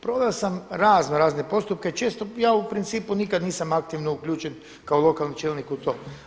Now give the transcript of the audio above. Proveo sam razno razne postupke, često ja u principu nikad nisam aktivno uključen kao lokalni čelnik u to.